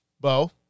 Bo